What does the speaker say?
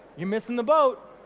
you're missing the boat.